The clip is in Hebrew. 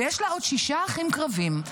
ויש לה עוד שישה אחים קטנים,